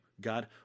God